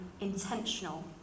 intentional